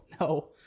no